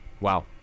Wow